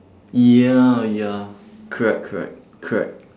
ya ya correct correct correct